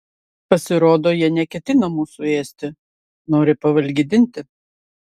pasirodo jie neketina mūsų ėsti nori pavalgydinti